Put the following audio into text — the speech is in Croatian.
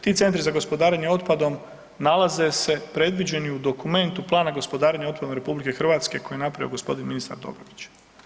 Ti centri za gospodarenjem otpadom nalaze se predviđeni u dokumentu plana gospodarenja otpadom RH koji je napravio g. ministar Dobrović.